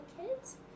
kids